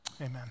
amen